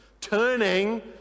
Turning